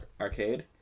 arcade